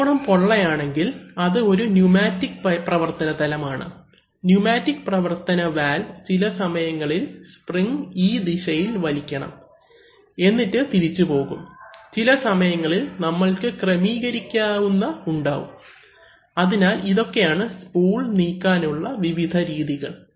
ത്രികോണം പൊള്ളയാണെങ്കിൽ അത് ഒരു ന്യൂമാറ്റിക് പ്രവർത്തനതലം ആണ് ന്യൂമാറ്റിക് പ്രവർത്തന വാൽവ് ചില സമയങ്ങളിൽ സ്പ്രിംഗ് ഈ ദിശയിൽ വലിക്കണം എന്നിട്ട് തിരിച്ചു പോകും ചില സമയങ്ങളിൽ നമ്മൾക്ക് ക്രമീകരിക്കാവുന്ന ഉണ്ടാവും അതിനാൽ ഇതൊക്കെയാണ് സ്പൂൾ നീക്കാൻ ഉള്ള വിവിധ രീതികൾ